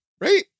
right